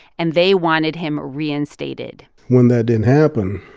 and they wanted him reinstated when that didn't happen,